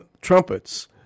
trumpets